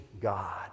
God